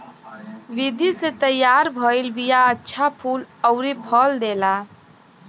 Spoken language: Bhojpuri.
विधि से तैयार भइल बिया अच्छा फूल अउरी फल देला